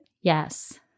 Yes